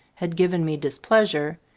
had given me displeasure,